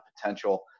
potential